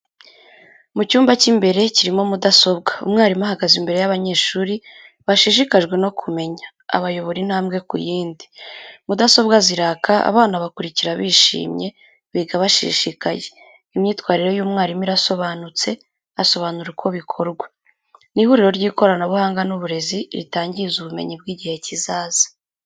Mu cyumba cy'imbere kirimo mudasobwa, umwarimu ahagaze imbere y’abanyeshuri bashishikajwe no kumenya, abayobora intambwe ku yindi. Mudasobwa ziraka, abana bakurikira bishimye, biga bashishikaye. Imyitwarire y’umwarimu irasobanutse, asobanura uko bikorwa. Ni ihuriro ry’ikoranabuhanga n’uburezi, ritangiza ubumenyi bw’igihe kizaza.